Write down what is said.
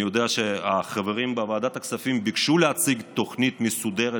אני יודע שהחברים בוועדת הכספים ביקשו להציג תוכנית מסודרת,